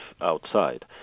outside